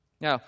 Now